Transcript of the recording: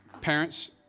parents